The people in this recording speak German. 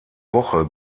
woche